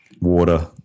water